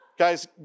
Guys